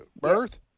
birth